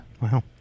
wow